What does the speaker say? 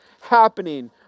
happening